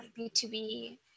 B2B